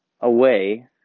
away